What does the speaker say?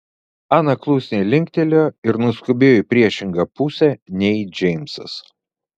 ana klusniai linktelėjo ir nuskubėjo į priešingą pusę nei džeimsas